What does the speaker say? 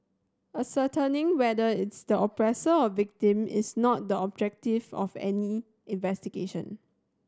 ascertaining whoever is the oppressor or victim is not the objective of any investigation